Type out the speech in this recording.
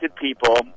people